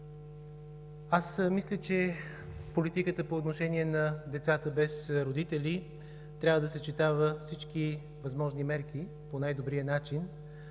аз мисля, че политиката по отношение на децата без родители трябва да съчетава всички възможни мерки по най-добрия начин.